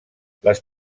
les